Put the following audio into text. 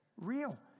Real